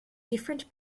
different